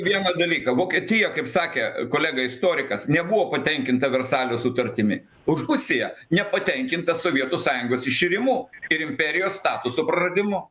vieną dalyką vokietija kaip sakė kolega istorikas nebuvo patenkinta versalio sutartimi o rusija nepatenkinta sovietų sąjungos iširimu ir imperijos statuso praradimu